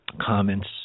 comments